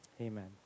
Amen